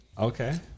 Okay